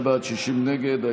55 בעד, 60 נגד.